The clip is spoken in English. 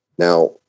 Now